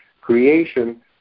creation